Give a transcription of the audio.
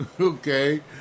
okay